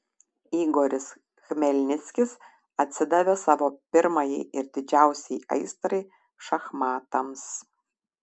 igoris chmelnickis atsidavė savo pirmajai ir didžiausiai aistrai šachmatams